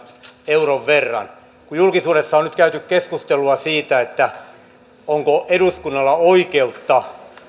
euron verran kun julkisuudessa on nyt käyty keskustelua siitä onko eduskunnalla oikeutta